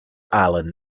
allen